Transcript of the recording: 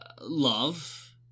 love